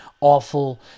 awful